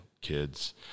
kids